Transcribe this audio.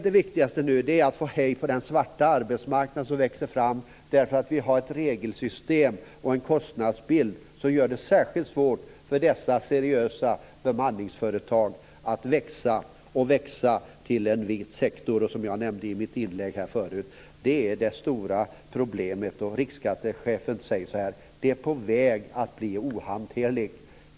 Det viktigaste nu är att få hejd på den svarta arbetsmarknad om växer fram därför vi har ett regelsystem och en kostnadsbild som gör det särskilt svårt för dessa seriösa bemanningsföretag att växa och växa till en vit sektor. Som jag nämnde i mitt inlägg förut är detta det stora problemet. Riksskattechefen säger så här: Det är på väg att bli ohanterligt.